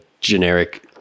generic